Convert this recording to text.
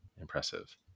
impressive